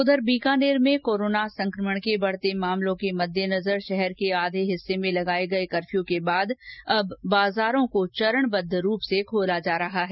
उधर बीकानेर में कोरोना संकमण के बढते मामलों के मददेनजर शहर के आधे हिस्से में लगाये गये कर्फ्यू के बाद अब बाजारों को चरणबद्व रूप से खोला जा रहा है